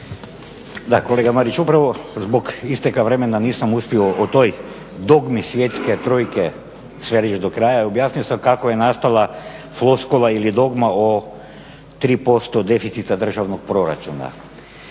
Da, kolega Marić, upravo zbog isteka vremena nisam uspio o toj dogmi svjetske trojke sve reći do kraja, objasnio sam kako je nastala floskula ili dogma o 3% deficita državnog proračuna.